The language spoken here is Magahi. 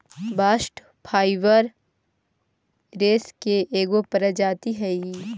बास्ट फाइवर रेसा के एगो प्रजाति हई